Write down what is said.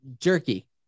Jerky